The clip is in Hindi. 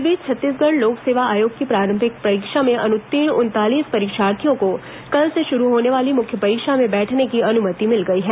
इस बीच छत्तीसगढ़ लोक सेवा आयोग की प्रारंभिक परीक्षा में अनुत्तीर्ण उनतालीस परीक्षार्थियों को कल से शुरू होने वाली मुख्य परीक्षा में बैठने की अनुमति मिल गई है